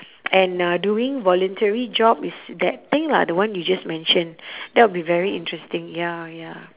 and uh doing voluntary job is that thing lah the one you just mention that'll be very interesting ya ya